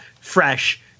fresh